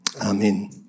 Amen